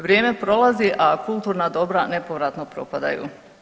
Vrijeme prolazi, a kulturna dobra nepovratno propadaju.